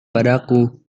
padaku